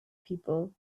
people